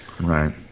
Right